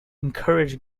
encourage